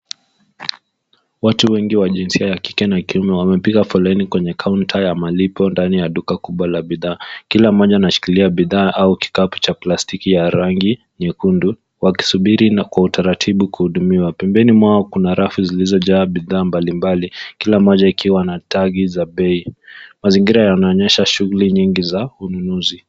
Watu wengi wa jinsia ya kike na kiume wamepiga foleni kwenye kaunta ya malipo ndani ya duka kubwa la bidhaa. Kila mmoja anashikilia bidhaa au kikapu cha plastiki ya rangi nyekundu, wakisubiri na kwa utaratibu kuhudumiwa. Pembeni mwao Kuna rafu zilizojaa bidhaa mbali mbali .Kila Moja ikiwa na tagi za bei .Mazingira yanaonyesha shughuli nyingi za ununuzi.